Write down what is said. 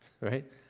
right